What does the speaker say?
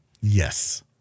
Yes